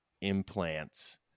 implants